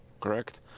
correct